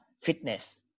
fitness